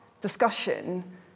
discussion